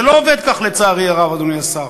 זה לא עובד כך, לצערי הרב, אדוני השר.